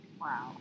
Wow